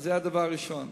זה הדבר הראשון.